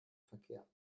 verkehr